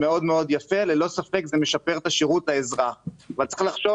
זה מאוד מאוד יקל וללא ספק זה משפר את השירות לאזרח אבל צריך לחשוב